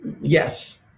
Yes